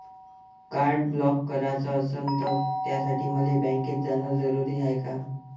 Card block कराच असनं त त्यासाठी मले बँकेत जानं जरुरी हाय का?